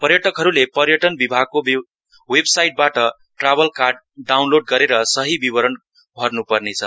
पर्टकहरूले पर्यटन विभागको वेबसाइटडबाट ट्राभल कार्ड डाउनलोड गरेर सहि विवरण भर्नुपर्ने छ